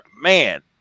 man